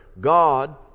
God